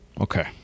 Okay